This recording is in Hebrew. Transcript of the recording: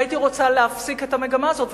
והייתי רוצה להפסיק את המגמה הזאת,